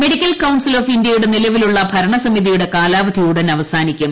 medical council of ഇന്ത്യയുടെ നിലവിലുള്ള ഭരണസമിതിയുടെ കാലാവധി ഉടൻ അവസാനിക്കും